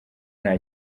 nta